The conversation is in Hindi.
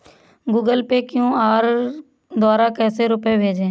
गूगल पे क्यू.आर द्वारा कैसे रूपए भेजें?